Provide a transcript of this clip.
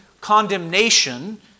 condemnation